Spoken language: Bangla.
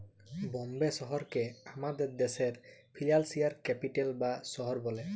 বম্বে শহরকে আমাদের দ্যাশের ফিল্যালসিয়াল ক্যাপিটাল বা শহর ব্যলে